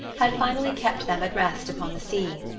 had finally kept them at rest upon the sea.